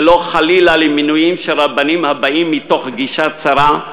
ולא חלילה למינוי רבנים הבאים מתוך גישה צרה,